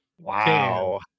Wow